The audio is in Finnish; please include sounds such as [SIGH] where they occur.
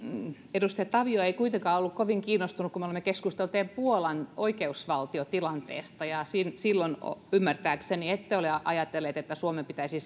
edustaja tavio ei kuitenkaan ole ollut kovin kiinnostunut kun me olemme keskustelleet puolan oikeusvaltiotilanteesta myöskään silloin ymmärtääkseni ette ole ajatellut että suomen pitäisi [UNINTELLIGIBLE]